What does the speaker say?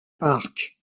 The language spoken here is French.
park